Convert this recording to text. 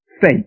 faith